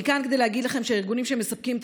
אני כאן כדי להגיד לכם שהארגונים שמספקים את